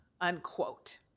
unquote